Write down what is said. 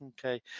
Okay